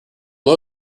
low